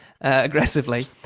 aggressively